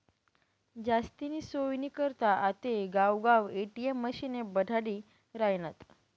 जास्तीनी सोयनी करता आते गावगाव ए.टी.एम मशिने बठाडी रायनात